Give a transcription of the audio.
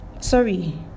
Sorry